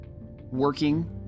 working